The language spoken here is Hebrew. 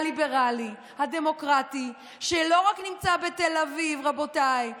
הליברלי, הדמוקרטי, שלא נמצא רק בתל אביב, רבותיי.